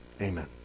Amen